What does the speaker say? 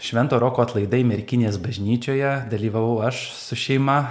švento roko atlaidai merkinės bažnyčioje dalyvavau aš su šeima